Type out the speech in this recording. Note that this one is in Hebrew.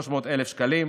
300,000 שקלים,